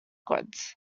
goods